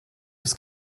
ist